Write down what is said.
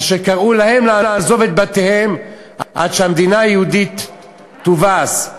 אשר קראו להם לעזוב את בתיהם עד שהמדינה היהודית תובס.